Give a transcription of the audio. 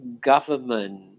government